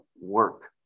work